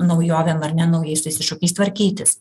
naujovėm ar ne naujais tais iššūkiais tvarkytis